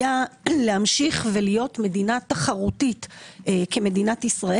היה להמשיך להיות מדינה תחרותית כמדינת ישראל